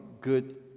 good